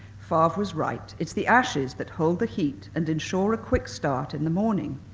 fav was right, it's the ashes that hold the heat and ensure a quick start in the morning.